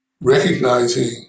recognizing